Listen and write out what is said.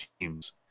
teams